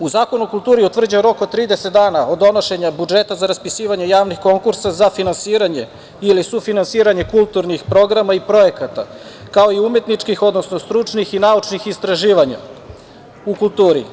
U Zakonu o kulturi utvrđuje rok od 30 dana od donošenja budžeta za raspisivanje javnih konkursa za finansiranje ili sufinansiranje kulturnih programa i projekata, kao i umetničkih, odnosno stručnih i naučnih istraživanja u kulturi.